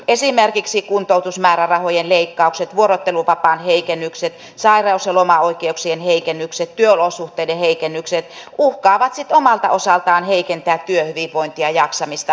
esimerkiksi kuntoutusmäärärahojen leikkaukset vuorotteluvapaan heikennykset sairauslomaoikeuksien heikennykset työolosuhteiden heikennykset uhkaavat sitten omalta osaltaan heikentää työhyvinvointia ja jaksamista